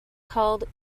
called